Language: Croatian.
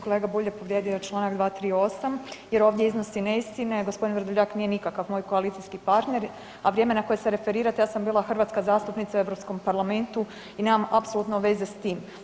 Kolega Bulj je povrijedio čl. 238. jer ovdje iznosi neistine, gospodin Vrdoljak nije nikakav moj koalicijski partner, a vrijeme na koje se referirate ja sam bila hrvatska zastupnica u Europskom parlamentu i nemam apsolutno veze s tim.